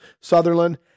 Sutherland